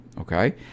Okay